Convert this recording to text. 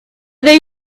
they